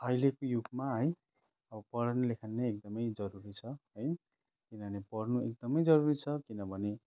अहिले को युगमा है अब पढ्ने लेख्ने एकदमै जरुरी छ है किनभने पढ्नु एकदमै जरुरी छ किनभने